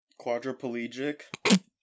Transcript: Quadriplegic